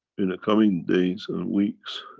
in the coming days and weeks,